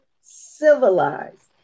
civilized